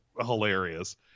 hilarious